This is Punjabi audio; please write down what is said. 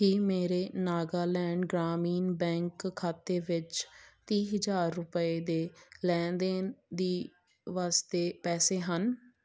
ਕੀ ਮੇਰੇ ਨਾਗਾਲੈਂਡ ਗ੍ਰਾਮੀਣ ਬੈਂਕ ਖਾਤੇ ਵਿੱਚ ਤੀਹ ਹਜ਼ਾਰ ਰੁਪਏ ਦੇ ਲੈਣ ਦੇਣ ਦੇ ਵਾਸਤੇ ਪੈਸੇ ਹਨ